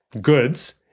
goods